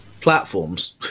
platforms